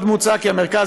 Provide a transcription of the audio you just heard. המפרץ